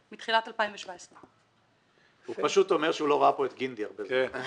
מתחילת שנת 2017. הוא פשוט אומר שהוא לא ראה כאן את גינדי הרבה זמן.